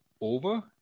over